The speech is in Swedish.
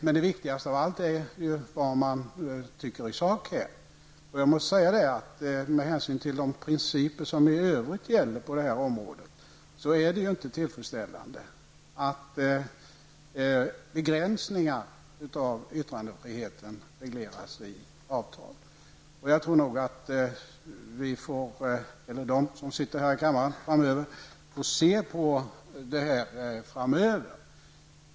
Men det viktigaste av allt är vad man tycker i sak. Med hänsyn till de principer som i öv rigt gäller på det här området är det inte tillfredsställande att begränsningar av yttrandefriheten regleras i avtal. Jag tror nog att de som sitter här i kammaren framöver får se över detta.